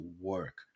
work